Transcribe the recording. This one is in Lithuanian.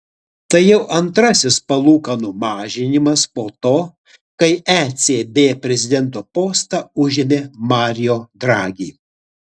tai jau antrasis palūkanų mažinimas po to kai ecb prezidento postą užėmė mario draghi